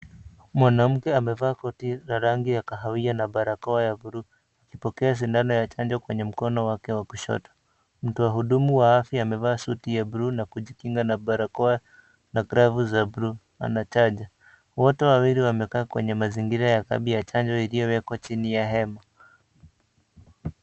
Mwanamke amevaa koti la rangi ya kahawia na barakoa ya buluu akipokea sindano ya chanjo kwenye mkono wake wa kushoto. Mtu wa hudumu ya afya amevaa suti ya buluu na kujikinga na barakoa na galvu za buluu anachanja. Wote wawili wamekaa kwenye mazingira ya kambi ya chanjo iliyowekwa chini ya hema..